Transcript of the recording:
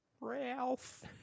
Ralph